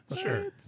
Sure